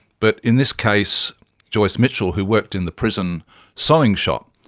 but in this case joyce mitchell, who worked in the prison sewing shop,